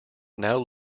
now